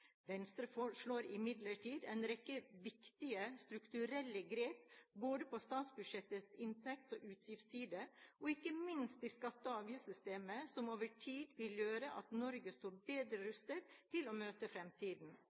Venstre foreslår imidlertid en rekke viktige strukturelle grep på statsbudsjettets inntekts- og utgiftsside og ikke minst i skatte- og avgiftssystemet, som over tid vil gjøre at Norge står bedre rustet til å møte